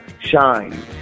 shine